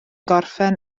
orffen